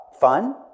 fun